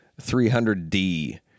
300d